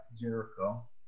Jericho